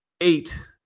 eight